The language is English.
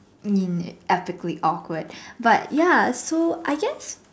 mean epically awkward but ya so I guess